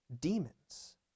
demons